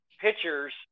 pitchers